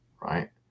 right